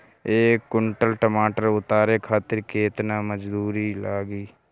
एक कुंटल टमाटर उतारे खातिर केतना मजदूरी लागी?